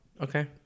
Okay